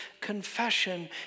confession